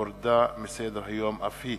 הורדה מסדר-היום אף היא.